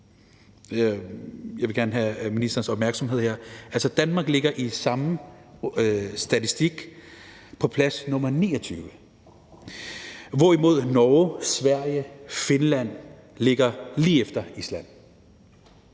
Jeg vil gerne have ministerens opmærksomhed her ... Altså, Danmark ligger i samme statistik på plads nr. 29, hvorimod Norge, Sverige, Finland ligger lige efter Island